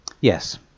Yes